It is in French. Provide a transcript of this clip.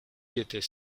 étaient